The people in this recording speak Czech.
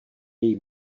jej